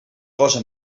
cosa